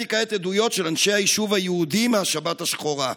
הקראתי כעת עדויות של אנשי היישוב היהודי מהשבת השחורה,